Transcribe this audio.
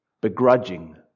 begrudging